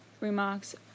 remarks